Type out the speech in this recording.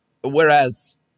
Whereas